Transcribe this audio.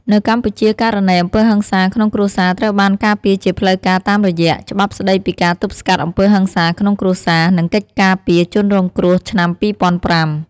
នៅកម្ពុជា ករណីអំពើហិង្សាក្នុងគ្រួសារត្រូវបានការពារជាផ្លូវការតាមរយៈ “ច្បាប់ស្ដីពីការទប់ស្កាត់អំពើហិង្សាក្នុងគ្រួសារ និងកិច្ចការពារជនរងគ្រោះ” ឆ្នាំ ២០០៥។